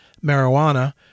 marijuana